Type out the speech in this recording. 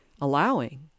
allowing